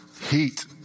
heat